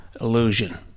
illusion